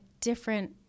different